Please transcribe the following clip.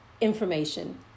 information